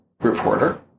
reporter